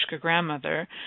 grandmother